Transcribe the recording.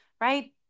right